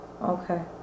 okay